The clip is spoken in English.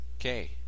okay